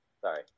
Sorry